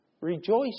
Rejoice